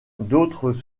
d’autres